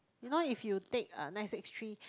you know if you take uh nine six three